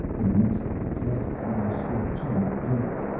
in the next three passes, leoh scored two more hits.